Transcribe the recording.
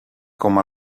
com